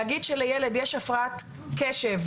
להגיד שלילד יש הפרעת קשב,